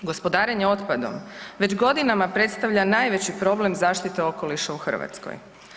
Gospodarenje otpadom već godinama predstavlja najveći problem zaštite okoliša u Hrvatskoj.